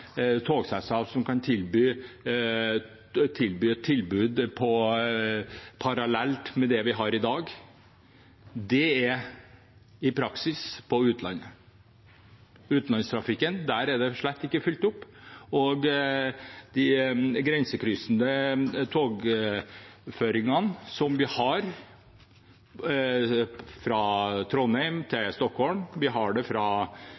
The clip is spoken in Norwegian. som kan gi et tilbud parallelt med det vi har i dag. Det er i praksis på utlandet. På utenlandstrafikken er det slett ikke fylt opp, og på de grensekryssende togføringene vi har – fra Trondheim til Stockholm, fra Oslo til Göteborg og selvfølgelig også fra